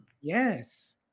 Yes